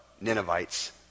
Ninevites